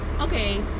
okay